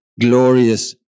glorious